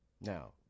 now